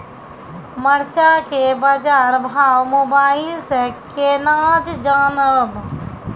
मरचा के बाजार भाव मोबाइल से कैनाज जान ब?